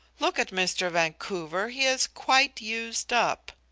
look at mr. vancouver, he is quite used up.